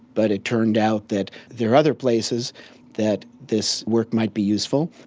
but it turned out that there are other places that this work might be useful.